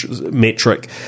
metric